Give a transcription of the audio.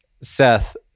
Seth